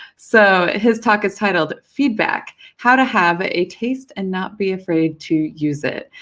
so his talk is titled feedback how to have a taste, and not be afraid to use it.